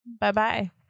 bye-bye